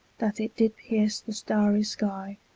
that it did pierce the starry sky,